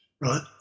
right